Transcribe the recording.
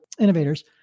innovators